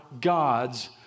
God's